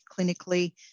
clinically